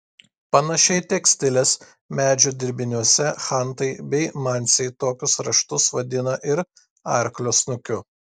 panašiai tekstilės medžio dirbiniuose chantai bei mansiai tokius raštus vadina ir arklio snukiu